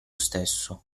stesso